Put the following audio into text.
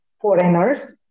foreigners